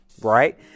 right